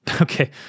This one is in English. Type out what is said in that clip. Okay